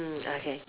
mm okay